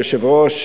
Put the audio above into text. אדוני היושב-ראש,